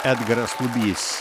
edgaras lubys